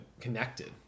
connected